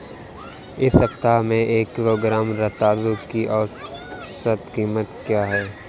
इस सप्ताह में एक किलोग्राम रतालू की औसत कीमत क्या है?